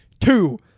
Two